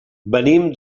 venim